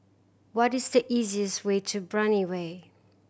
what is the easiest way to Brani Way